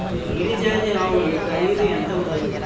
గిరి జాతి ఆవులు ఖరీదు ఎంత ఉంటుంది?